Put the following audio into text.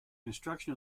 construction